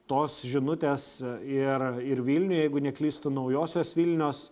tos žinutės ir ir vilniuj jeigu neklystu naujosios vilnios